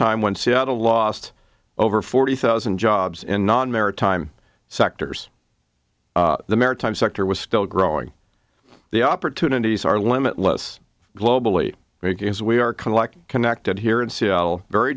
time when seattle lost over forty thousand jobs in maritime sectors the maritime sector was still growing the opportunities are limitless globally making as we are collecting connected here in seattle very